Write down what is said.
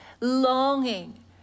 longing